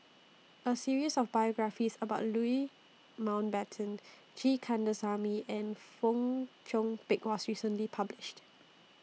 A series of biographies about Louis Mountbatten G Kandasamy and Fong Chong Pik was recently published